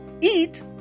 eat